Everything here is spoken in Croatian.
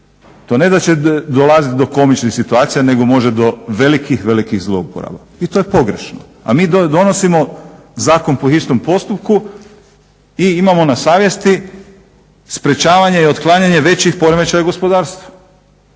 To ne da će dolaziti do komičnih situacija, nego može do velikih, velikih zlouporaba i to je pogrešno. A mi donosimo zakon po hitnom postupku i imamo na savjesti sprječavanje i otklanjanje većih poremećaja u gospodarstvu.